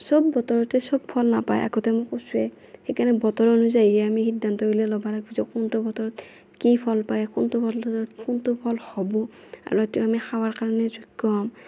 চব বতৰতে চব ফল নাপায় আগতে মই কৈছোৱেই সেইকাৰণে বতৰ অনুযায়ীহে আমি সিদ্ধান্তগিলা ল'ব লাগিব যে কোনটো বতৰত কি ফল পায় কোনটো বতৰত কোনটো ফল হ'ব আৰু এইটো আমি খাবৰ কাৰণেহে যোগ্য হ'ম